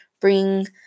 bring